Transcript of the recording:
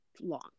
long